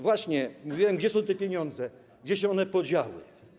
Właśnie mówiłem, gdzie są te pieniądze, gdzie one się podziały.